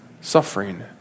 suffering